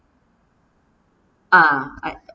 ah I